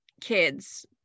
kids